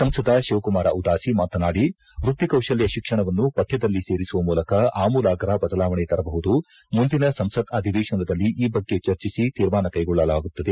ಸಂಸದ ಶಿವಕುಮಾರ ಉದಾಸಿ ಮಾತನಾಡಿ ವ್ಯಕ್ತಿ ಕೌಶಲ್ತ ಶಿಕ್ಷಣವನ್ನು ಪಠ್ವದಲ್ಲಿ ಸೇರಿಸುವ ಮೂಲಕ ಆಮೂಲಾಗ್ರ ಬದಲಾವಣೆ ಮಾಡಲಾಗಿದ್ದು ಮುಂದಿನ ಸಂಸತ್ ಅಧಿವೇಶನದಲ್ಲಿ ಈ ಬಗ್ಗೆ ಚರ್ಚಿಸಿ ತೀರ್ಮಾನಕ್ಕೆಗೊಳ್ಳಲಾಗುತ್ತದೆ